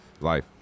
life